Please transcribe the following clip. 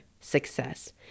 success